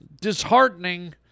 disheartening